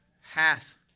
hath